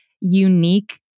unique